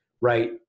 right